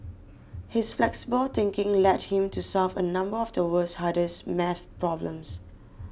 his flexible thinking led him to solve a number of the world's hardest math problems